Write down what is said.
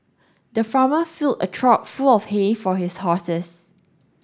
the farmer filled a trough full of hay for his horses